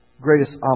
greatest